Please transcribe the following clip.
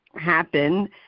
happen